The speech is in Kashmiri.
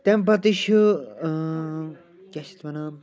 تَمہِ پتہٕ چھُ کیٛاہ چھِ اَتھ وَنان